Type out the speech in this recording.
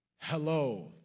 hello